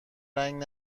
رنگ